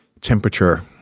temperature